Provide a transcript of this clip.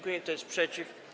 Kto jest przeciw?